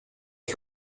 ich